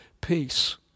peace